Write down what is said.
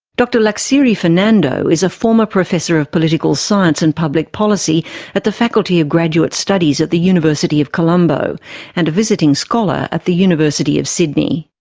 dr laksiri fernando is a former professor of political science and public policy at the faculty of graduate studies at the university of colombo and a visiting scholar at the university of sydney.